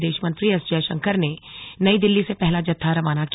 विदेश मंत्री एस जयशंकर ने नई दिल्ली से पहला जत्था रवाना किया